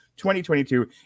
2022